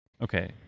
Okay